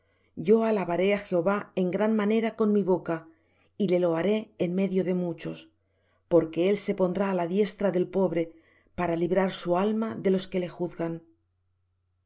yo alabaré á jehová en gran manera con mi boca y le loaré en medio de muchos porque él se pondrá á la diestra del pobre para librar su alma de los que le juzgan